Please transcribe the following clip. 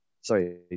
Sorry